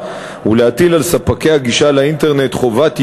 ולהטיל על ספקי הגישה לאינטרנט חובת יידוע,